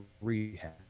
rehab